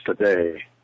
today